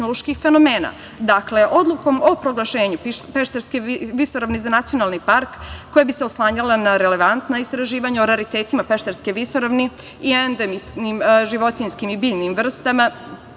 Dakle, odlukom o proglašenju Peštarske visoravni i za nacionalni park, koja bi se oslanjala na relevantna istraživanja o raritetima Peštarske visoravni i endemskim životinjskim i biljnim vrstama,